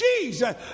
Jesus